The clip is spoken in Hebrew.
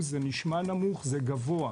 זה נשמע נמוך, זה גבוה.